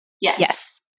Yes